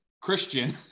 Christian